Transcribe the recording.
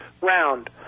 round